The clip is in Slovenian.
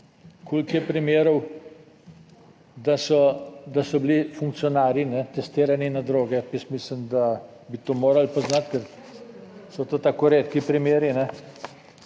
Koliko je primerov, da so bili funkcionarji testirani na droge? Jaz mislim, da bi to morali poznati, ker so to tako redki primeri